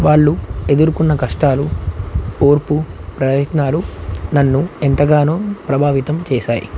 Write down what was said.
వాళ్ళు ఎదుర్కున్న కష్టాలు ఓర్పు ప్రయత్నాలు నన్ను ఎంతగానో ప్రభావితం చేశాయి